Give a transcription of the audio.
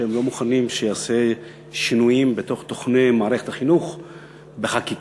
שהם לא מוכנים שייעשה שינוי בתוכני מערכת החינוך בחקיקה,